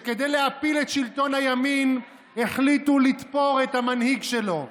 שכדי להפיל את שלטון הימין החליטו לתפור את המנהיג שלו.